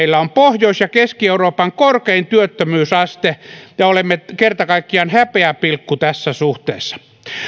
meillä on pohjois ja keski euroopan korkein työttömyysaste ja olemme kerta kaikkiaan häpeäpilkku tässä suhteessa